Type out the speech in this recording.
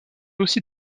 aussi